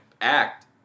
act